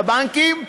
לבנקים,